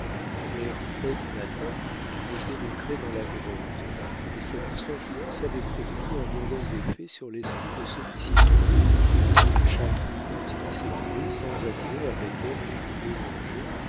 l'air frais du matin avait pénétré dans la grotte et sa douce influence avait produit un heureux effet sur l'esprit de ceux qui s'y trouvaient chaque minute qui s'écoulait sans amener avec elle de nouveaux dangers